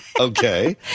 Okay